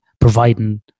providing